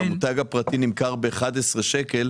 והמותג הפרטי נמכר ב-11 שקל,